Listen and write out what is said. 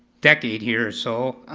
decade here, so,